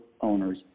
owner's